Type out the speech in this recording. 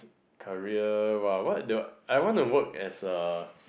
career what I want to do ah I want to work as a